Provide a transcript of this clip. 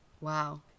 Wow